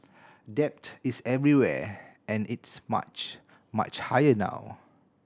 debt is everywhere and it's much much higher now